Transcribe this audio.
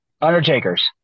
Undertaker's